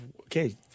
okay